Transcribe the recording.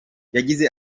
yagize